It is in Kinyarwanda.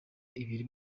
ibiri